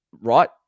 right